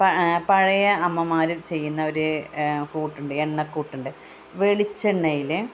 പഴയ അമ്മമാരും ചെയ്യുന്ന ഒരു കൂട്ടുണ്ട് എണ്ണക്കൂട്ടുണ്ട് വെളിച്ചെണ്ണയിൽ